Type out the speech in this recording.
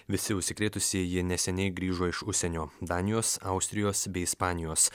visi užsikrėtusieji neseniai grįžo iš užsienio danijos austrijos bei ispanijos